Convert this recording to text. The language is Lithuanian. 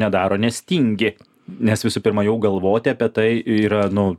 nedaro nes tingi nes visų pirma jau galvoti apie tai yra nu